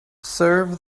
serve